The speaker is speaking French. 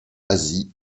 asie